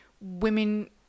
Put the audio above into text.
women